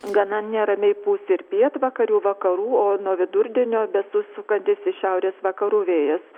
gana neramiai pūs ir pietvakarių vakarų o nuo vidurdienio besisukantis iš šiaurės vakarų vėjas